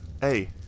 Hey